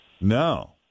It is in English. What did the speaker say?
No